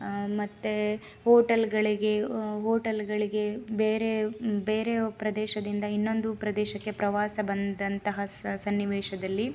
ಮತ್ತೆ ಹೋಟಲ್ಗಳಿಗೆ ಹೋಟಲ್ಗಳಿಗೆ ಬೇರೆ ಬೇರೆ ಪ್ರದೇಶದಿಂದ ಇನ್ನೊಂದು ಪ್ರದೇಶಕ್ಕೆ ಪ್ರವಾಸ ಬಂದಂತಹ ಸ ಸನ್ನಿವೇಶದಲ್ಲಿ